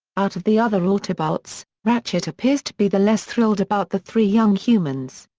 out of the other autobots, ratchet appears to be the less thrilled about the three young humans.